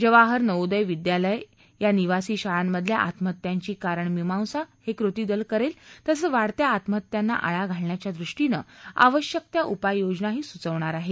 जवाहर नवोदय विद्यालया या निवासी शाळामधल्या आत्महत्यांची कारण मिमांसा हे कृती दल करेल तसंच वाढत्या आत्महत्यांना आळा घालण्याच्यादृष्टीनं आवश्यक त्या उपाययोजनाही सुचवणार आहे